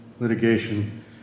Litigation